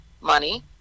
money